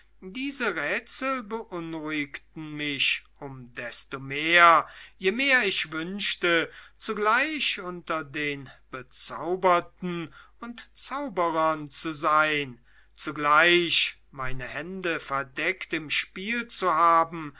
diese rätsel beunruhigten mich um desto mehr je mehr ich wünschte zugleich unter den bezauberten und zauberern zu sein zugleich meine hände verdeckt im spiel zu haben